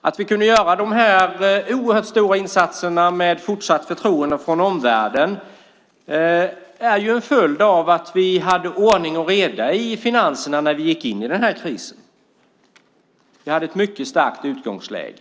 Att vi kunde göra dessa oerhört stora insatser med fortsatt förtroende från omvärlden är en följd av att vi hade ordning och reda i finanserna när vi gick in i krisen. Vi hade ett mycket starkt utgångsläge.